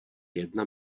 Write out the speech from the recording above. jedna